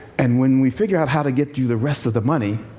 and when we figure out how to get you the rest of the money,